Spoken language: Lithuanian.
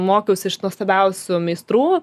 mokiausi iš nuostabiausių meistrų